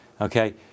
Okay